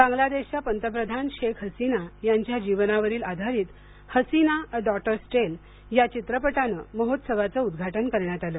बांग्लादेश च्या पंतप्रधान शेख हसीना यांच्या जीवनावरील आधारित हसीना ए डौटर्स टेल या चित्रपटाने महोत्सवाच उद्घाटन करण्यात आल